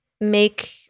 make